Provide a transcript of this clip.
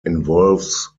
involves